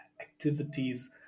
activities